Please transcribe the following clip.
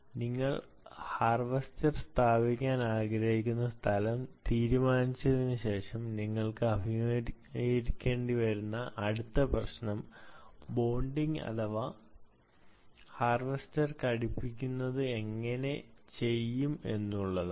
നിങ്ങൾ ഹാർവെസ്റ്റർ സ്ഥാപിക്കാൻ ആഗ്രഹിക്കുന്ന സ്ഥലം തീരുമാനിച്ചതിനു ശേഷം നിങ്ങൾക്ക് അഭിമുഖീകരിക്കേണ്ടിവരുന്ന അടുത്ത പ്രശ്നം ബോണ്ടിങ് അഥവാ ഹാർവെസ്റ്റർ ഘടിപ്പിക്കുന്നത് എങ്ങനെ ചെയ്യും എന്നുള്ളതാണ്